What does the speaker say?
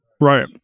Right